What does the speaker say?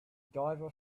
diver